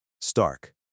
Stark